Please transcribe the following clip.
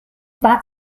bat